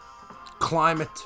Climate